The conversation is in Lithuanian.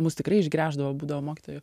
mus tikrai išgręždavo būdavo mokytoja